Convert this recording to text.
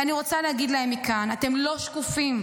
ואני רוצה להגיד להם מכאן: אתם לא שקופים.